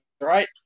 right